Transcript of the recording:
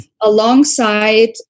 alongside